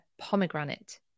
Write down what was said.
pomegranate